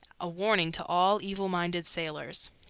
a warning to all evil-minded sailors.